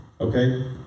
okay